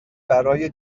برای